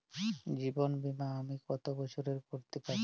জীবন বীমা আমি কতো বছরের করতে পারি?